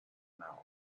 mouth